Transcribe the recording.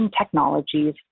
technologies